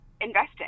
investing